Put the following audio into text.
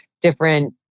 different